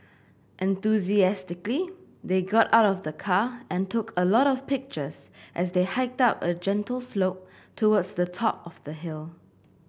enthusiastically they got out of the car and took a lot of pictures as they hiked up a gentle slope towards the top of the hill